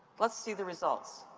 let's see the results.